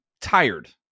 tired